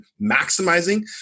maximizing